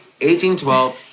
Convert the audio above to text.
1812